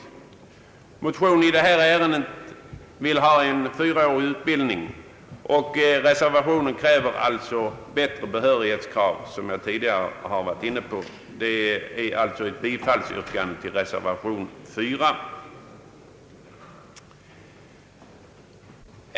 I en motion i detta ärende föreslås en fyraårig utbildning. Reservationen kräver bättre behörighetskrav. Jag yrkar alltså bifall till reservation 4.